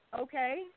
okay